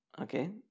okay